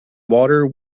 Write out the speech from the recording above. water